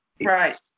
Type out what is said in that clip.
right